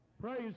praise